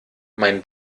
mein